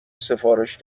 سفارش